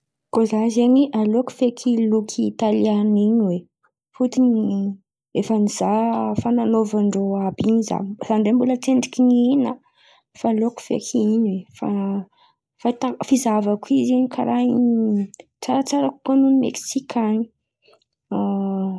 Koa za zen̈y, aleoko feky loky italiany in̈y oe. Fôtony efa nizaha fan̈anaovan-drô in̈y za. Za ndray mbola tsy nihin̈a, fa aleoko feky in̈y oe. Fa fa ta- fizahavako izy zen̈y, karà in̈y tsaratsara ny loky meksikany